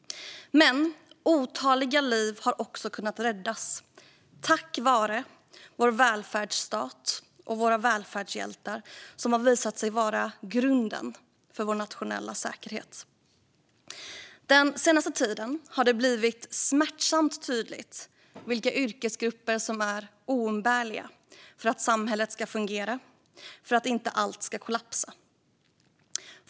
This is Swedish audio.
Men otaliga liv har också kunnat räddas tack vare vår välfärdsstat och våra välfärdshjältar, som har visat sig vara grunden för vår nationella säkerhet. Den senaste tiden har det blivit smärtsamt tydligt vilka yrkesgrupper som är oumbärliga för att samhället ska fungera, för att inte allt ska kollapsa.